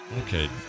Okay